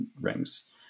rings